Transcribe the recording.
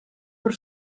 per